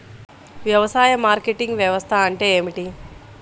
వ్యవసాయ మార్కెటింగ్ వ్యవస్థ అంటే ఏమిటి?